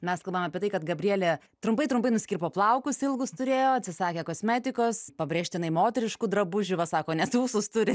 mes kalbam apie tai kad gabrielė trumpai trumpai nusikirpo plaukus ilgus turėjo atsisakė kosmetikos pabrėžtinai moteriškų drabužių va sako net ūsus turi